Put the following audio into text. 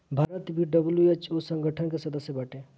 भारत भी डब्ल्यू.एच.ओ संगठन के सदस्य बाटे